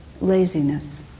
laziness